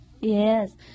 Yes